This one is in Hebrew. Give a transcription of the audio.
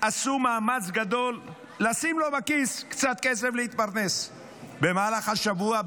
עשו מאמץ גדול לשים לו בכיס קצת כסף להתפרנס במהלך השבוע,